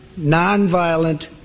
nonviolent